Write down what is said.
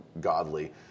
godly